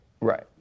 Right